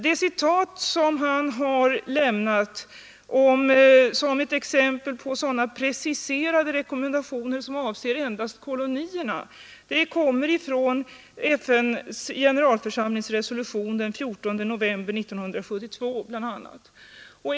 Det citat han lämnat som exempel på sådana preciserade rekommendationer som avser endast kolonierna kommer bl.a. från FN:s generalförsamlings resolution av den 14 november 1972.